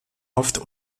oft